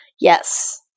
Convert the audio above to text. Yes